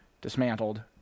dismantled